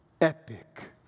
Epic